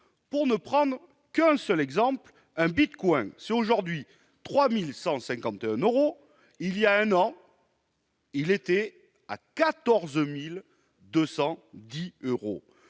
Pour ne prendre qu'un seul exemple, un bitcoin vaut aujourd'hui 3 150 euros ; il y a un an, il valait 14 210 euros.